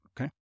okay